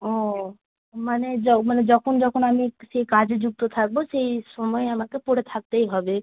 ও মানে য মানে যখন যখন আমি সেই কাজে যুক্ত থাকবো সেই সমায় আমাকে পরে থাকতেই হবে